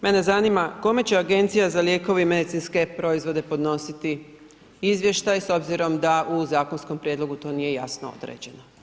Mene zanima, kome će Agencija za lijekove i medicinske proizvode podnositi izvještaj s obzirom da u zakonskom prijedlogu to nije jasno rečeno?